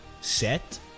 set